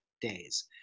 days